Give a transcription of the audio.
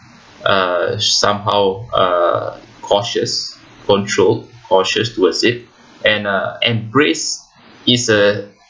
uh somehow uh cautious controlled cautious towards it and uh embrace it's uh